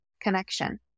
connection